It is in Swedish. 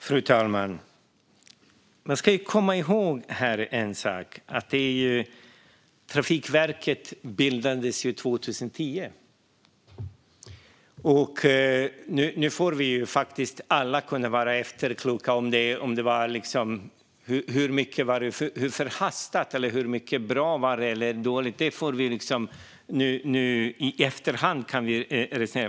Fru talman! Man ska komma ihåg en sak här: Trafikverket bildades 2010. Vi kan alla vara efterkloka om hur förhastat det var och om det var bra eller dåligt. Det kan vi resonera om i efterhand.